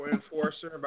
Enforcer